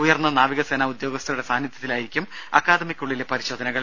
ഉയർന്ന നാവികസേനാ ഉദ്യോഗസ്ഥരുടെ സാന്നിധ്യത്തിലായിരിക്കും അക്കാദമിക്കുള്ളിലെ പരിശോധനകൾ